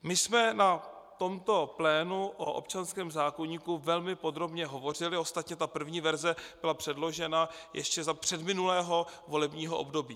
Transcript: My jsme na tomto plénu o občanském zákoníku velmi podrobně hovořili, ostatně ta první verze byla předložena ještě za předminulého volebního období.